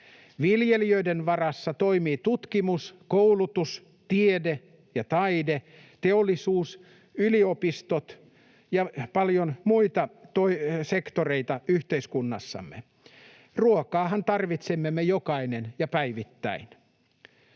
Viljelijöiden varassa toimivat tutkimus, koulutus, tiede ja taide, teollisuus, yliopistot ja paljon muita sektoreita yhteiskunnassamme. Ruokaahan tarvitsemme me jokainen ja päivittäin.